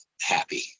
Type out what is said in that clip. happy